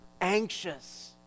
anxious